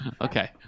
Okay